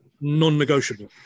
non-negotiable